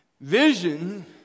Vision